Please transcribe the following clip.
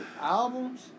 albums